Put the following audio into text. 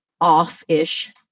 off-ish